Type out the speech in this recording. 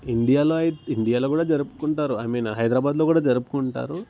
ఇండియాలో ఐ ఇండియాలో కూడా జరుపుకుంటారు ఐమీన్ హైదరాబాద్లో కూడా జరుపుకుంటారు